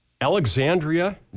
Alexandria